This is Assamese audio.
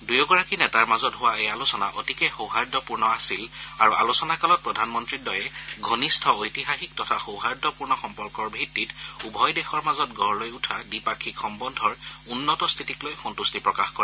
দুয়োগৰাকী নেতাৰ মাজত হোৱা এই আলোচনা অতিকে সৌহাৰ্দপূৰ্ণ আছিল আৰু আলোচনাকালত প্ৰধানমন্ত্ৰীদ্বয়ে ঘনিষ্ঠ ঐতিহাসিক তথা সৌহাৰ্দপূৰ্ণ সম্পৰ্কৰ ভিত্তিত উভয় দেশৰ মাজত গঢ় লৈ উঠা দ্বিপাক্ষিক সম্বন্ধৰ উন্নত স্থিতিক লৈ সম্বাট্টি প্ৰকাশ কৰে